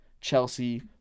Chelsea